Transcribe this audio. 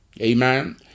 amen